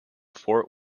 fort